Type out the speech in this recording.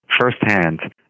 firsthand